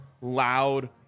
loud